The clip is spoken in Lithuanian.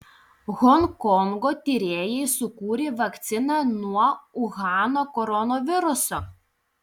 honkongo tyrėjai sukūrė vakciną nuo uhano koronaviruso